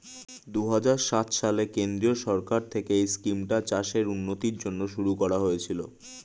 দুহাজার সাত সালে কেন্দ্রীয় সরকার থেকে এই স্কিমটা চাষের উন্নতির জন্য শুরু করা হয়েছিল